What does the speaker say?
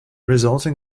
resulting